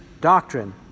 doctrine